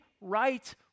right